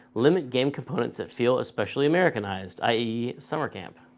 limit game components that feel especially americanized, i e. summer camp.